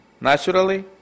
naturally